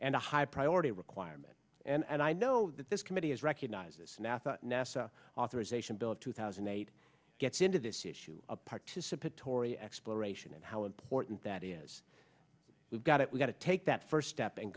and a high priority requirement and i know that this committee is recognizes nasa nasa authorization bill of two thousand and eight gets into this issue a participatory exploration of how important that is we've got it we've got to take that first step and